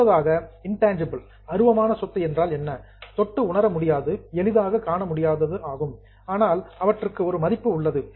அடுத்ததாக இன்டான்ஜிபிள் அருவமான சொத்து என்றால் தொட்டு உணர முடியாது எளிதாக காண முடியாதது ஆகும் ஆனால் அவற்றுக்கு ஒரு மதிப்பு உள்ளது